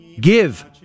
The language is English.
Give